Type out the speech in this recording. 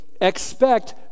expect